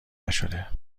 نشده